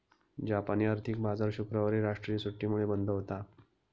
जापानी आर्थिक बाजार शुक्रवारी राष्ट्रीय सुट्टीमुळे बंद होता